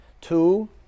two